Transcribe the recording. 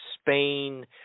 Spain